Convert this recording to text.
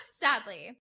Sadly